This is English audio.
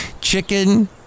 Chicken